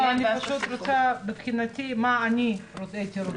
לא, אני פשוט רוצה מבחינתי, מה אני הייתי רוצה.